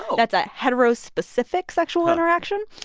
that's a hetero-specific sexual interaction.